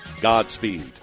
Godspeed